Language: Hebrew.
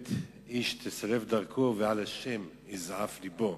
איוולת איש תסלף דרכו ועל ה' יזעף לבו.